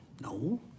no